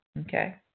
Okay